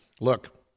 Look